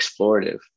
explorative